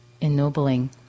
ennobling